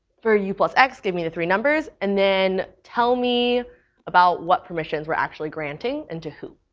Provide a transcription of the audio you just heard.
for u plus x, give me the three numbers. and then tell me about what permissions we're actually granting and to who?